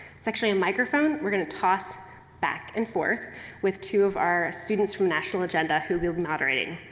it's actually a microphone we're going to toss back and forth with two of our students from national agenda who will be monitoring.